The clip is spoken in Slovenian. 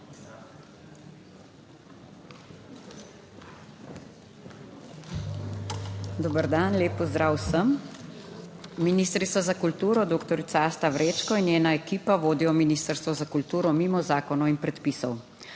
Dober dan, lep pozdrav vsem! Ministrica za kulturo, doktor Asta Vrečko in njena ekipa vodijo Ministrstvo za kulturo mimo zakonov in predpisov.